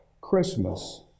Christmas